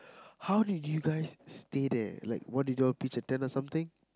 how did you guys stay there like what did you all pretend or something